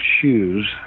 shoes